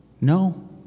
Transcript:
no